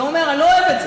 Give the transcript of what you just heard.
ואומר: אני לא אוהב את זה.